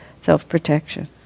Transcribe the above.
self-protection